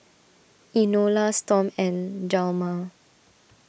Enola Storm and Hjalmar